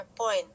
point